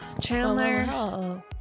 Chandler